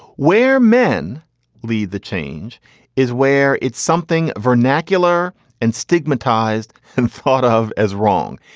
where men lead the change is where it's something vernacular and stigmatized and thought of as wrong.